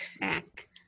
mac